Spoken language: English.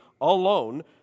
alone